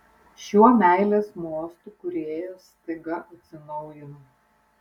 šiuo meilės mostu kūrėjas staiga atsinaujina